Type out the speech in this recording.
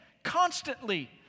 constantly